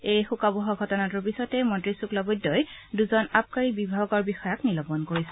এই শোকাবহ ঘটনাটোৰ পিছতেই মন্ত্ৰী শুক্লবৈদ্যই দুজন আবকাৰী বিভাগৰ বিষয়াক নিলম্বন কৰিছে